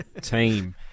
team